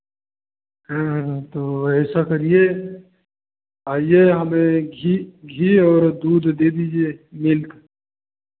हाँ हाँ तो ऐसा करिए आइए हमें घी घी और दूध दे दीजिये मिल्क